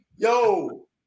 Yo